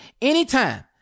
anytime